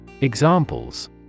Examples